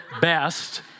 best